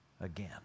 again